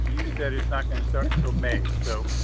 you said it's not going to start until may. so